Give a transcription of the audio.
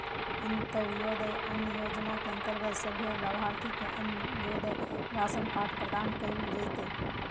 अंत्योदय अन्न योजना के अंतर्गत सभे लाभार्थि के अंत्योदय राशन कार्ड प्रदान कइल जयतै